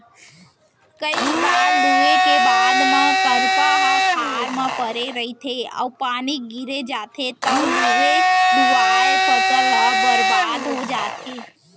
कइ बार लूए के बाद म करपा ह खार म परे रहिथे अउ पानी गिर जाथे तव लुवे लुवाए फसल ह बरबाद हो जाथे